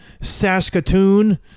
Saskatoon